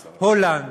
הולנד,